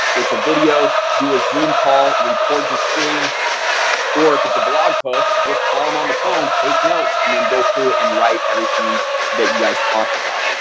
it's a video do a zoom call record your screen or if it's a blog post just call them on the phone take notes and then go through it and write everything that you guys talked about.